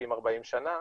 40-30 שנה.